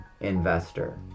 investor